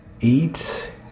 eat